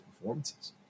performances